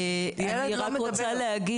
ילד לא מדבר.